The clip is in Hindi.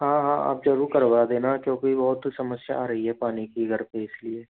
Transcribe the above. हाँ हाँ आप जरूर करवा देना क्योंकि बहुत ही समस्या आ रही है पानी की घर पर इस लिए